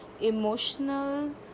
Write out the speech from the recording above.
emotional